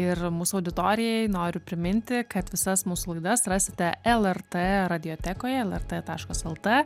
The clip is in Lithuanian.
ir mūsų auditorijai noriu priminti kad visas mūsų laidas rasite lrt radiotekoje lrt taškas lt